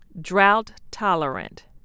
Drought-tolerant